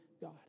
God